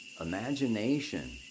imagination